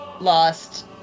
lost